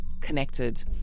connected